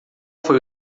foi